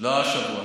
לא השבוע.